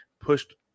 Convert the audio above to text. pushed